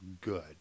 good